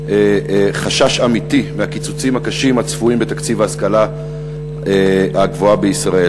חשש אמיתי מהקיצוצים הקשים הצפויים בתקציב ההשכלה הגבוהה בישראל.